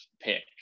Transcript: pick